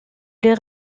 les